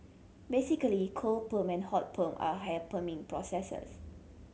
basically cold perm and hot perm are hair perming processes